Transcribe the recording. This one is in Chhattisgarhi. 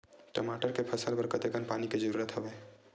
टमाटर के फसल बर कतेकन पानी के जरूरत हवय?